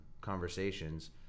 conversations